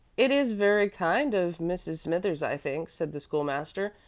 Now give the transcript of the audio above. it is very kind of mrs. smithers, i think, said the school-master,